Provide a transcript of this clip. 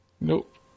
Nope